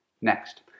Next